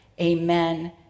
amen